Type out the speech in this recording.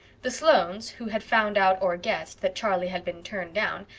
the sloanes, who had found out or guessed that charlie had been turned down,